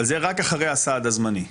אבל זה רק אחרי הסעד הזמני.